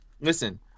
listen